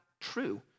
true